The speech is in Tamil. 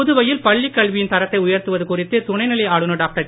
புதுவையில் பள்ளிக் கல்வியின் தரத்தை உயர்த்துவது குறித்து துணைநிலை ஆளுனர் டாக்டர்